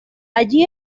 allí